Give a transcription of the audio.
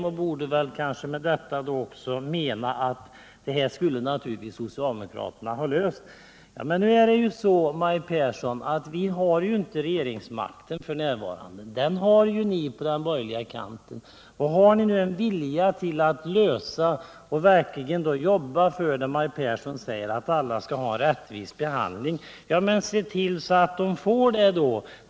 Hon torde med det mena att socialdemokraterna borde ha löst det här. Men nu är det så, Maj Pehrsson, att vi f. n. inte har regeringsmakten — den har ni på den borgerliga kanten. Har ni nu, som Maj Pehrsson säger, vilja att jobba för att alla skall få en rättvis behandling — se till att de får det då!